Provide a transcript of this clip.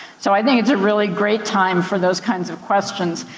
so i think it's a really great time for those kinds of questions.